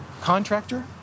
contractor